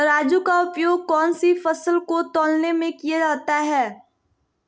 तराजू का उपयोग कौन सी फसल को तौलने में किया जाता है?